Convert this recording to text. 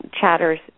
chatters